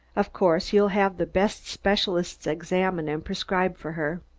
of course you'll have the best specialists examine and prescribe for her.